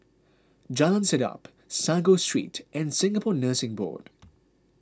Jalan Sedap Sago Street and Singapore Nursing Board